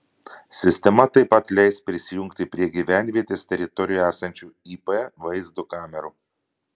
sistema taip pat leis prisijungti prie gyvenvietės teritorijoje esančių ip vaizdo kamerų